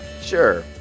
Sure